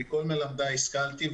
מכל מלמדיי השכלתי,